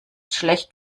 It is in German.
schlecht